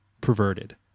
Perverted